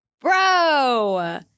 Bro